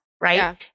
right